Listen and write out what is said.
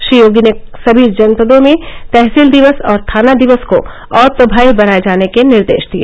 श्री योगी ने सभी जनपदों में तहसील दिवस और थाना दिक्स को और प्रमावी बनाए जाने के निर्देश दिए